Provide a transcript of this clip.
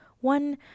one